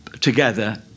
together